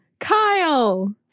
Kyle